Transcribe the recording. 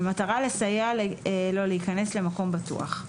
במטרה לסייע לו להיכנס למקום בטוח.